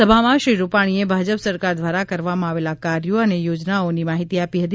સભામાં શ્રી રૂપાણીએ ભાજપ સરકાર દ્વારા કરવામાં આવેલા કાર્યો અને યાજનાઓની માહિતી આપી હતી